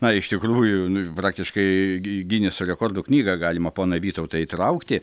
na iš tikrųjų praktiškai į gineso rekordų knygą galima poną vytautą įtraukti